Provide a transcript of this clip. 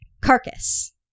Carcass